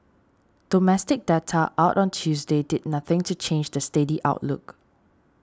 domestic data out on Tuesday did nothing to change the steady outlook